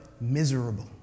miserable